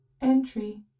entry